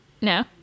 No